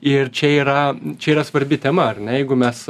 ir čia yra čia yra svarbi tema ar ne jeigu mes